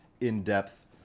in-depth